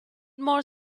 more